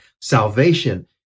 Salvation